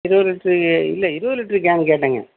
இருபது லிட்டர் இல்லை இருபது லிட்டர் கேன் கேட்டேங்க